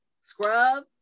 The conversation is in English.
Scrub